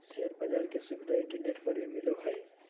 share बाज़ार के सुविधा इंटरनेट पर भी मिलय हइ